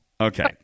Okay